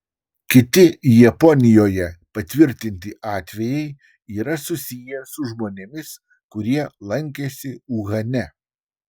kiti japonijoje patvirtinti atvejai yra susiję su žmonėmis kurie lankėsi uhane